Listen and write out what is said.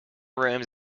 rooms